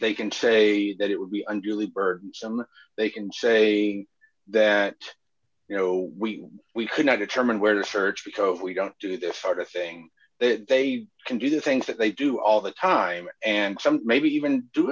they can say that it would be unduly burdensome they can say that you know we we cannot determine where to search because if we don't do this sort of thing that they can do the things that they do all the time and some maybe even do